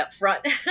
upfront